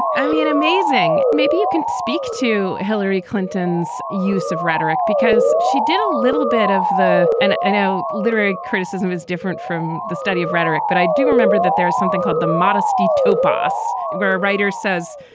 i mean, amazing. maybe you can speak to hillary clinton's use of rhetoric because she did a little bit of the and a. you know literary criticism is different from the study of rhetoric. but i do remember that there is something called the modesty topass where a writer says,